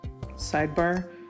sidebar